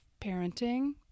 parenting